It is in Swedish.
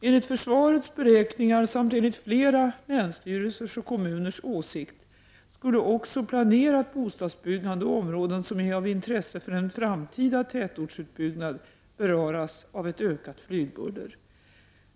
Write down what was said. Enligt försvarets beräkningar samt enligt flera länsstyrelsers och kommuners åsikt skulle också planerat bostadsbyggande och områden som är av intresse för en framtida tätortsutbyggnad beröras av ett ökat flygbuller.